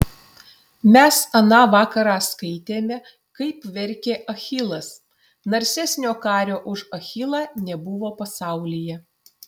mes aną vakarą skaitėme kaip verkė achilas narsesnio kario už achilą nebuvo pasaulyje